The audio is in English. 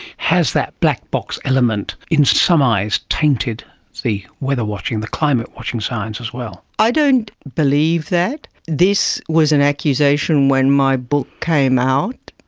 has that black box element, in some eyes, tainted the weather watching, the climate watching science as well? i don't believe that. this was an accusation when my book came out,